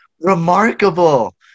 remarkable